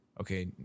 okay